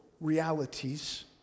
realities